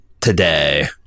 today